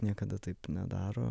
niekada taip nedaro